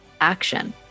action